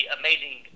amazing